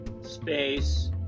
space